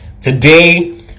today